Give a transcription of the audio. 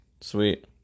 Sweet